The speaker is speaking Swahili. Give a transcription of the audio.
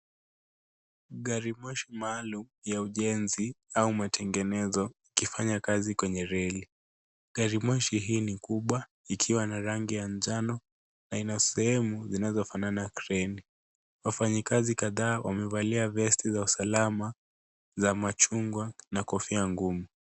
Gari moshi maalum ya ujenzi au matengenezo ikifanya kazi kwenye reli. Gari moshi hii ni kubwa ikiwa na rangi ya njano na ina sehemu zinazofanana na kreni. Wafanyikazi kadhaa wamevalia vesti za usalama za machungwa na kofia ngumu.